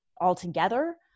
altogether